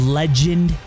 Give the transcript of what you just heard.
legend